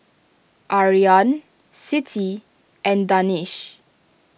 Aryan Siti and Danish